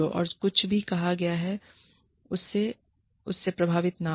जो कुछ भी कहा गया है उससे उससे प्रभावित न हों